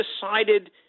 decided